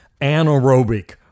anaerobic